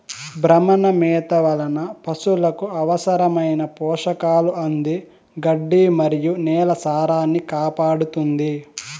భ్రమణ మేత వలన పసులకు అవసరమైన పోషకాలు అంది గడ్డి మరియు నేల సారాన్నికాపాడుతుంది